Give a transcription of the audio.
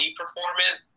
performance